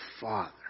Father